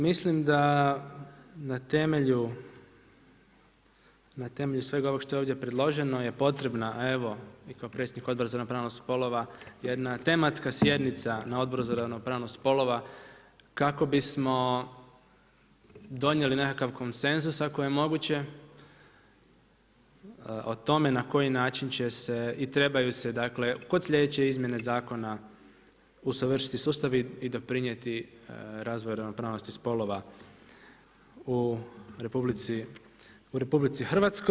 Mislim da na temelju svega ovog što je predloženo je potrebno, evo i kao predsjednik Odbora za ravnopravnost spolova jedna tematska sjednica na Odboru za ravnopravnost spolova, kako bismo donijeli nekakav konsenzus ako je moguće, o tome na koji način će se i trebaju se, dakle kod sljedeće izmjene zakona usavršiti sustavi i doprinijeti razvoju ravnopravnosti spolova u RH.